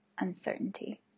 uncertainty